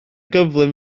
gyflym